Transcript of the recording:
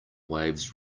waves